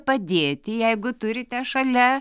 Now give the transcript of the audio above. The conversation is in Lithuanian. padėti jeigu turite šalia